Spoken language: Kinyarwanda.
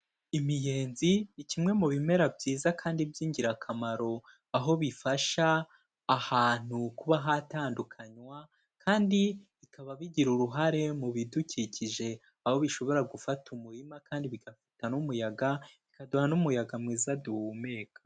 Imiyenzi ni kimwe mu bimera byiza kandi by'ingirakamaro, aho bifasha ahantu kuba hatandukanywa kandi bikaba bigira uruhare mu bidukikije, aho bishobora gufata umurima kandi bigafata n'umuyaga bikaduha n'umuyaga mwiza duhumeka.